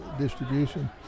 Distribution